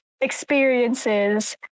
experiences